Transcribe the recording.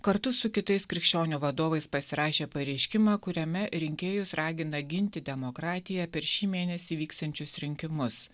kartu su kitais krikščionių vadovais pasirašė pareiškimą kuriame rinkėjus ragina ginti demokratiją per šį mėnesį vyksiančius rinkimus